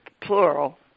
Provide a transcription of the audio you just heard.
plural